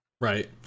Right